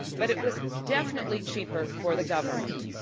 but it was definitely cheaper for the government.